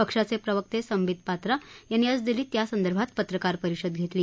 पक्षाचे प्रवक्ते सांबित पात्रा यांनी आज दिल्लीत यासंदर्भात पत्रकार परिषद घेतली